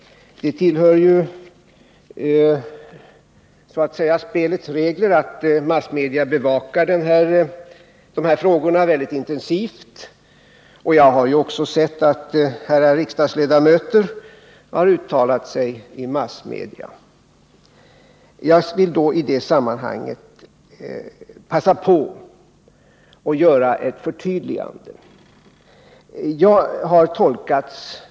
Det tillhör så att säga spelets regler att massmedia intensivt bevakar dessa frågor, och jag har sett att också herrar riksdagsledamöter har uttalat sig i massmedia. Jag vill i det sammanhanget passa på att göra ett förtydligande.